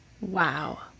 Wow